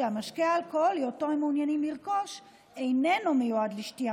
והמשקה האלכוהולי שהם מעוניינים לרכוש איננו מיועד לשתייה